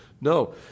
No